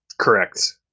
Correct